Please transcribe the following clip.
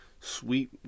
sweet